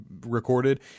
recorded